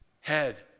head